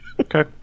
okay